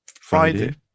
Friday